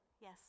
Yes